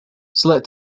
select